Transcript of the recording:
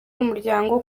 n’umuryango